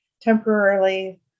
temporarily